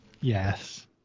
Yes